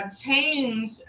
change